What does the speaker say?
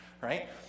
right